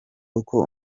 uko